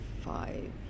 five